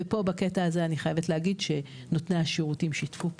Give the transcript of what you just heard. ופה בקטע הזה אני חייבת להגיד שנותני השירותים שיתפו פעולה,